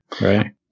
right